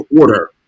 order